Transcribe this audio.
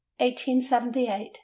1878